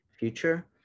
future